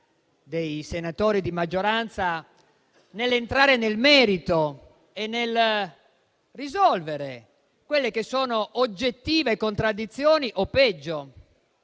dei senatori di maggioranza nell'entrare nel merito e nel risolvere quelle che sono oggettive contraddizioni o, peggio,